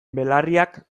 belarriak